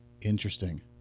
Interesting